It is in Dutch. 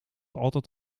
altijd